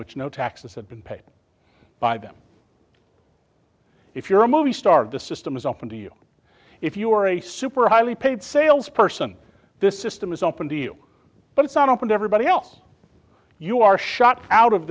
which no taxes have been paid by them if you're a movie star the system is open to you if you're a super highly paid sales person this system is open to you but it's not open to everybody else you are shot out of